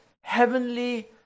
heavenly